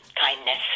kindness